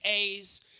A's